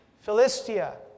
Philistia